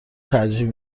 ترجیح